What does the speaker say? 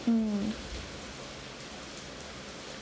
mm